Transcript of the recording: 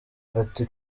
ati